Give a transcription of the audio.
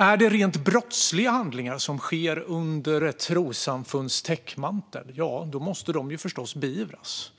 Är det rent brottsliga handlingar som sker under trossamfunds täckmantel måste de förstås beivras.